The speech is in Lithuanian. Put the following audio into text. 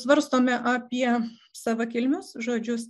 svarstome apie savakilmius žodžius